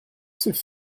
tough